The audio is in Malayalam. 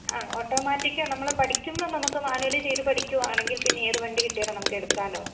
ആ ഓട്ടോമാറ്റിക്ക് നമ്മൾ പഠിക്കുമ്പം നമുക്ക് മാനുവലി ചെയ്ത് പഠിക്കുവാണെങ്കിൽ പിന്നെ ഏത് വണ്ടി കിട്ടിയാലും നമുക്ക് എടുക്കാമല്ലോ